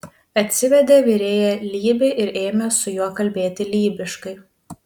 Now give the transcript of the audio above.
atsivedė virėją lybį ir ėmė su juo kalbėti lybiškai